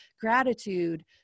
gratitude